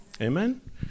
Amen